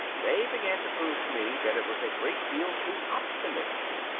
they began to prove to me that it was a great deal too optimistic.